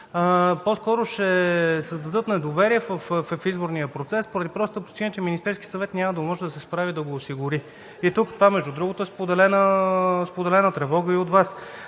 по-скоро ще създадат недоверие в изборния процес поради простата причина, че Министерският съвет няма да може да се справи да го осигури. Между другото, това е споделена тревога и от Вас.